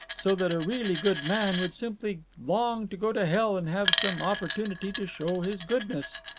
so that a really good man would simply long to go to hell and have some opportunity to show his goodness.